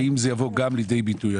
האם זה יבוא גם לידי ביטוי?